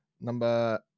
Number